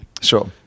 Sure